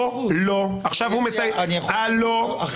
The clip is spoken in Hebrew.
לא, לא.